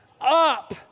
up